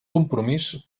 compromís